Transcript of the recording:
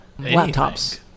laptops